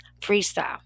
Freestyle